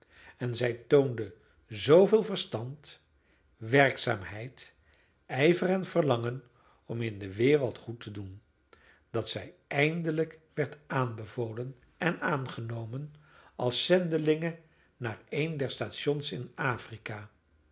en zij toonde zooveel verstand werkzaamheid ijver en verlangen om in de wereld goed te doen dat zij eindelijk werd aanbevolen en aangenomen als zendelinge naar een der stations in afrika